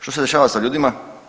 Što se dešava sa ljudima?